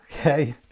okay